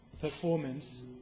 performance